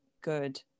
good